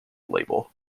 label